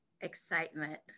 Excitement